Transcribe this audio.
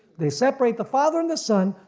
they separate the father in the son,